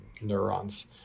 neurons